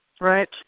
right